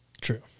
True